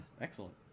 excellent